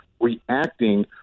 reacting